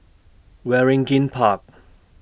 Waringin Park